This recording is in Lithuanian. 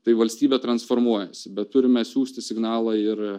tai valstybė transformuojasi bet turime siųsti signalą ir